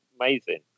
amazing